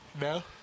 No